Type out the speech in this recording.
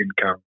income